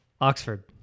Oxford